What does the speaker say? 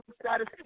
status